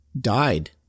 died